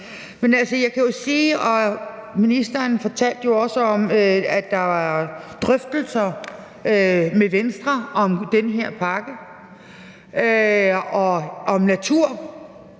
ministeren fortalte også om det, at der er drøftelser med Venstre om den her pakke og om natur.